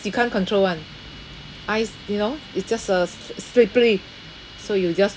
you can't control [one] ice you know it just uh s~ slippery so you just